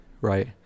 right